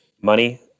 money